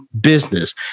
business